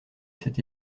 cet